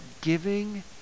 giving